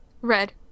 Red